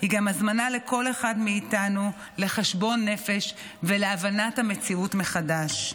הם גם הזמנה לכל אחד מאיתנו לחשבון נפש ולהבנת המציאות מחדש.